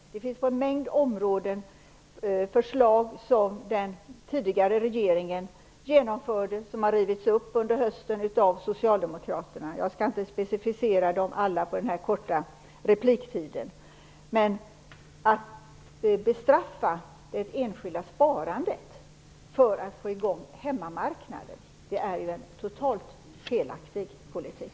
Socialdemokraterna har under hösten rivit upp förslag som den tidigare regeringen genomförde på en mängd områden. Jag skall inte specificera dem alla på denna korta repliktid. Att bestraffa det enskilda sparande för att få i gång hemmamarknaden är en totalt felaktig politik.